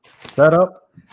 setup